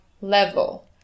level